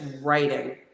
writing